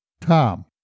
tom